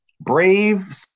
brave